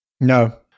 No